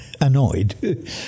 annoyed